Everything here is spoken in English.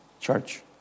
church